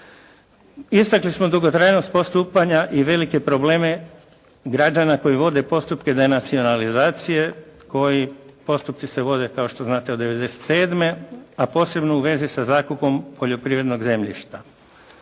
Istakli smo dugotrajnost postupanja i velike probleme građana koji vode postupke denacionalizacije koji postupci se vode kao što znate od '97., a posebno u vezi sa zakupom poljoprivrednog zemljišta.